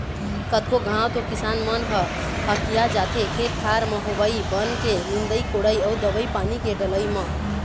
कतको घांव तो किसान मन ह हकिया जाथे खेत खार म होवई बन के निंदई कोड़ई अउ दवई पानी के डलई म